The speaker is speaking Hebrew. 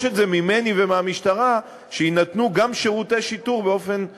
את זה ממני ומהמשטרה שיינתנו גם שירותי שיטור באופן שוויוני.